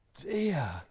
dear